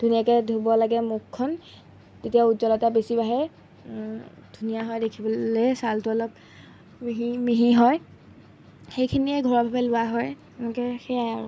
ধুনীয়াকৈ ধুব লাগে মুখখন তেতিয়া উজ্জ্বলতা বেছি বাঢ়ে ধুনীয়া হয় দেখিবলৈ ছালটো অলপ মিহি মিহি হয় সেইখিনিয়ে ঘৰুৱাভাৱে লোৱা হয় এনেকৈ সেয়াই আৰু